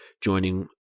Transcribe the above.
joining –